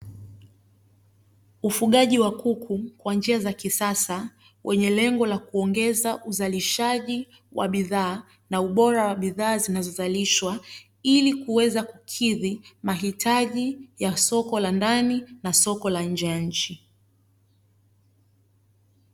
Ufugaji wa kuku kwa njia za kisasa, wenye lengo la kuongeza uzalishaji wa bidhaa na ubora wa bidhaa zinazozalishwa, ili kuweza kukidhi mahitaji ya soko la ndani na soko la nje ya nchi.